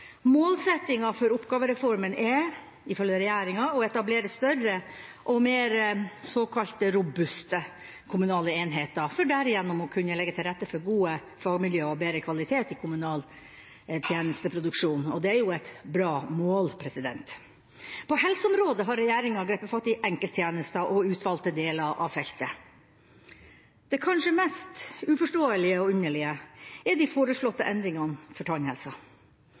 Målsettinga for oppgavereformen er ifølge regjeringa å etablere større og mer såkalt robuste kommunale enheter, for derigjennom å kunne legge til rette for gode fagmiljøer og bedre kvalitet i kommunal tjenesteproduksjon, og det er jo et bra mål. På helseområdet har regjeringa grepet fatt i enkelttjenester og utvalgte deler av feltet. Det kanskje mest uforståelige og underlige er de foreslåtte endringene for tannhelsa.